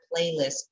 playlist